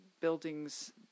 buildings